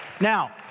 Now